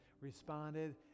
responded